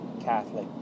Catholic